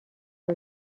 زود